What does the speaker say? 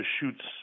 shoots